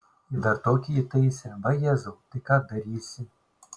ir dar tokį įtaisė vajezau tai ką darysi